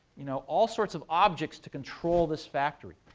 you know, all sorts of objects to control this factory.